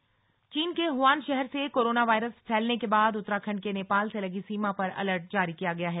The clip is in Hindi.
कोरोना वायरस चीन के हुवान शहर से कोरोना वायरस फैलने के बाद उत्तराखंड के नेपाल से लगी सीमा पर अलर्ट किया गया है